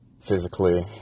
physically